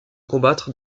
combattre